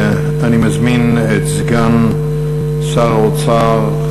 אני מזמין את סגן שר האוצר,